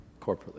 corporately